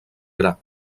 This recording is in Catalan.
gra